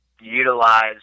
utilize